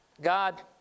God